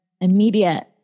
immediate